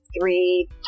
three